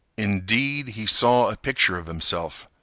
indeed, he saw a picture of himself,